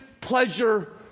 pleasure